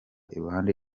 iruhande